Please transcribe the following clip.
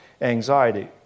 anxiety